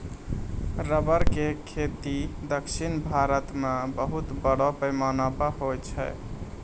rubber के खेती दक्षिण भारत मॅ बहुत बड़ो पैमाना पर होय छै